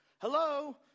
Hello